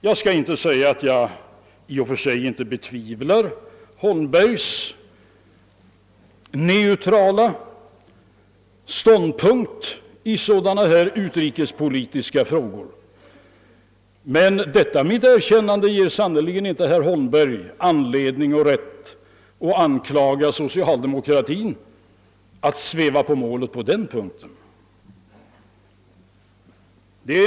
Jag vill inte säga att jag i och för sig betvivlar herr Holmbergs neutrala inställning i utrikespolitiska frågor, men detta mitt erkännande ger sannerligen inte herr Holmberg rätt att anklaga socialdemokratin för att sväva på målet härvidlag.